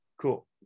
Cool